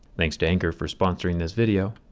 thanks to anker for sponsoring this video.